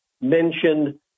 mention